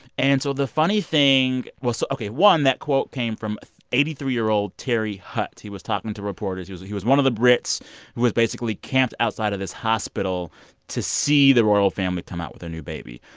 and so the funny thing was so ok one, that quote came from eighty three year old terry hutt. he was talking to reporters. he was he was one of the brits who was basically camped outside of this hospital to see the royal family come out with a new baby.